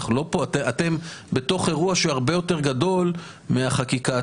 אתם בתוך אירוע שהרבה יותר גדול מהחקיקה עצמה,